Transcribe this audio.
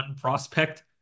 prospect